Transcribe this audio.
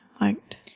liked